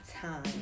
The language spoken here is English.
time